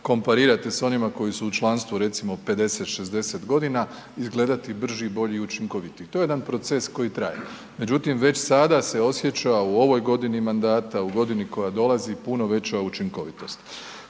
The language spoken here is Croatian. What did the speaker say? komparirate s onima koji su u članstvu recimo 50, 60 godina izgledati brži, bolji i učinkovitiji. To je jedan proces koji traje. Međutim, već sada se osjeća u ovoj godini mandata u godini koja dolazi puno veća učinkovitost.